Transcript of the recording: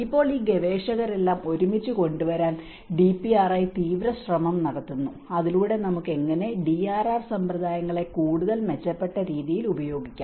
ഇപ്പോൾ ഈ ഗവേഷകരെല്ലാം ഒരുമിച്ച് കൊണ്ടുവരാൻ DPRI തീവ്രശ്രമം നടത്തുന്നു അതിലൂടെ നമുക്ക് എങ്ങനെ DRR സമ്പ്രദായങ്ങളെ കൂടുതൽ മെച്ചപ്പെട്ട രീതിയിൽ ഉപയോഗിക്കാം